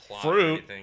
fruit